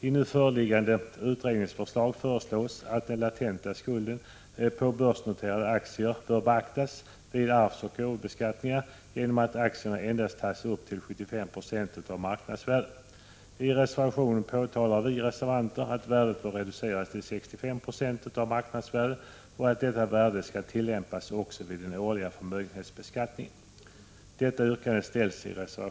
I nu föreliggande utredningsbetänkande föreslås att den latenta skulden på börsnoterade aktier skall beaktas vid arvsoch gåvobeskattningar genom att aktierna endast tas upp till 75 926 av marknadsvärdet. I reservation 3 framhåller vi reservanter att värdet bör reduceras till 65 96 av marknadsvärdet och att detta värde skall tillämpas vid den årliga förmögenhetsbeskattningen.